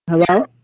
Hello